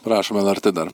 prašom lrt dar